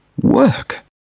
work